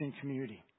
community